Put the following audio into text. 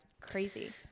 Crazy